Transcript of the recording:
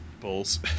Bulls